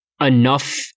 enough